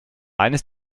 eines